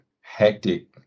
hectic